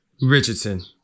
richardson